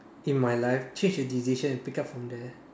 in my life change a decision and pick up from there